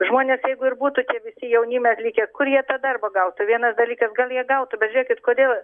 žmonės jeigu ir būtų tie visi jaunime ir likę kur jie tą darbą gautų vienas dalykas gal jie gautų bet žiūrėkit kodėl